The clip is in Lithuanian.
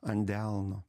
ant delno